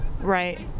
Right